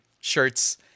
shirts